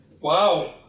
Wow